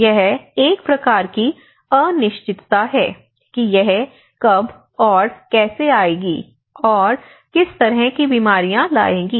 यह एक प्रकार की अनिश्चितता है कि यह कब और कैसे आएगी और किस तरह की बीमारियाँ लाएंगी